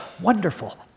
wonderful